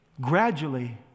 gradually